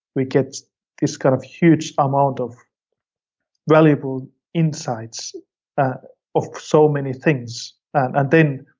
we get this kind of huge amount of valuable insights of so many things. and and then